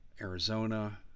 Arizona